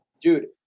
dude